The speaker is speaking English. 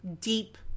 deep